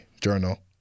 journal